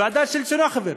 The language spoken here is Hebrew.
ועדה של צ'חנובר,